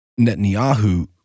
Netanyahu